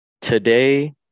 today